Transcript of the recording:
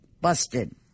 busted